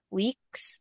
weeks